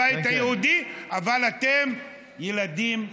הבית היהודי, אבל אתם ילדים טובים.